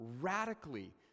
radically